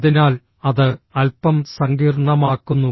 അതിനാൽ അത് അൽപ്പം സങ്കീർണ്ണമാക്കുന്നു